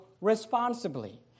responsibly